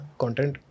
content